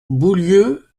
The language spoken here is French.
boulieu